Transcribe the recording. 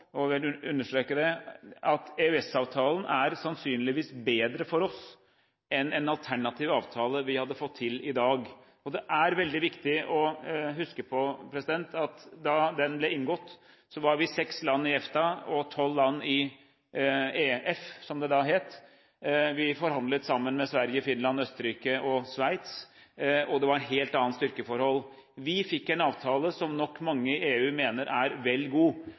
jeg vil understreke det – at EØS-avtalen sannsynligvis er bedre for oss enn en alternativ avtale vi hadde fått til i dag. Det er veldig viktig å huske at da den ble inngått, var vi seks land i EFTA og tolv land i EF, som det da het. Vi forhandlet sammen med Sverige, Finland, Østerrike og Sveits, og det var et helt annet styrkeforhold. Vi fikk en avtale som nok mange i EU mener er vel god,